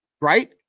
right